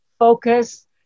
focus